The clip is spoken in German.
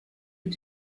mit